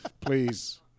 please